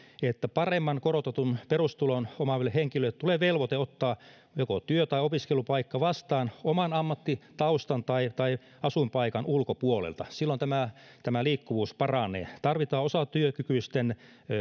että paremman korotetun perustulon omaaville henkilöille tulee velvoite ottaa joko työ tai opiskelupaikka vastaan oman ammattitaustan tai tai asuinpaikan ulkopuolelta silloin liikkuvuus paranee tarvitaan osatyökykyisten